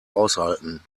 aushalten